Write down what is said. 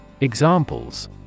Examples